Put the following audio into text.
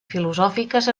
filosòfiques